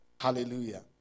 Hallelujah